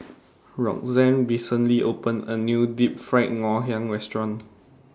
Roxane recently opened A New Deep Fried Ngoh Hiang Restaurant